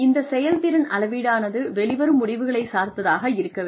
இந்த செயல்திறன் அளவீடானது வெளிவரும் முடிவுகளைச் சார்ந்ததாக இருக்க வேண்டும்